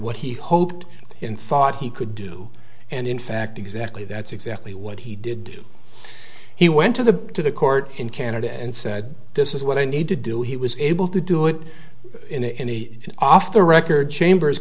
what he hoped in thought he could do and in fact exactly that's exactly what he did he went to the to the court in canada and said this is what i need to do he was able to do it in the off the record chambers